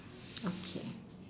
okay